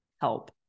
help